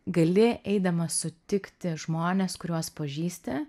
gali eidamas sutikti žmones kuriuos pažįsti